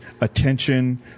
attention